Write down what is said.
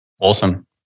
Awesome